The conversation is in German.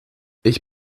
ich